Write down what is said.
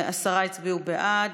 הצביעו בעד.